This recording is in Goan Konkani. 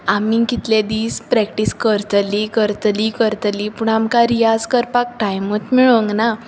आमी कितले दीस प्रॅक्टीस करतलीं करतलीं करतलीं पूण आमकां रियाज करपाक टायमूच मेळूंक ना